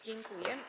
Dziękuję.